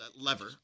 lever